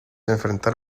enfrentar